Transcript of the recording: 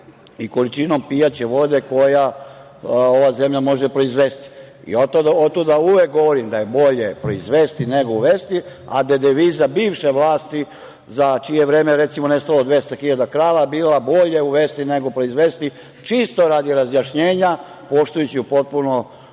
i količinom pijaće vode koju ova zemlja može proizvesti. Otuda uvek govorim da je bolje proizvesti nego uvesti, a da je deviza bivše vlasti, za čije vreme je, recimo, nestalo 200 hiljada krava, bila – bolje uvesti nego proizvesti. Ovo čisto radi razjašnjenja, poštujući u potpunosti